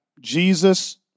Jesus